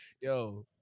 yo